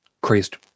crazed